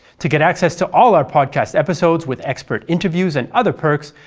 to get access to all our podcast episodes with expert interviews and other perks,